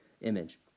image